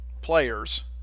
players